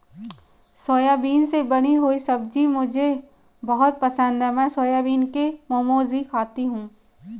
soybean से बनी हुई सब्जी मुझे बहुत पसंद है मैं सोयाबीन के मोमोज भी खाती हूं